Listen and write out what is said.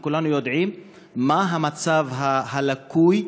וכולנו יודעים כמה המצב לקוי,